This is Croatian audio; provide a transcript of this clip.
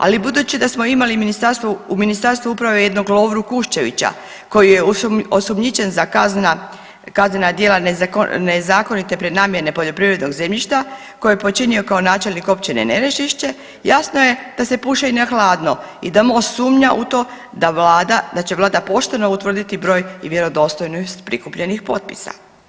Ali budući da smo imali ministarstvo, u Ministarstvu uprave jednog Lovru Kuščevića koji je osumnjičen za kaznena djela nezakonite prenamjene poljoprivrednog zemljišta koje je počinio kao načelnik općine Nerežišće jasno je da se puše i na hladno i da MOST sumnja u to da vlada, da će vlada pošteno utvrditi broj i vjerodostojnost prikupljenih potpisa.